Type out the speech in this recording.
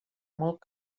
molt